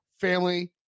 family